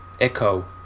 Echo